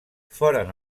foren